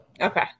Okay